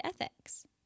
Ethics